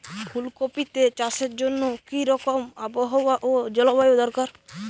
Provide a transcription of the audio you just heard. ফুল কপিতে চাষের জন্য কি রকম আবহাওয়া ও জলবায়ু দরকার?